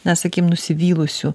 na sakym nusivylusių